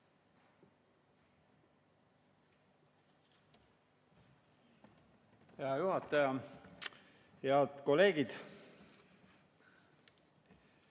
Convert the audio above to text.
Hea juhataja! Head kolleegid!